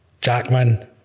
Jackman